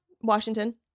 Washington